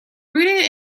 rooted